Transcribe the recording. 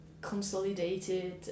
consolidated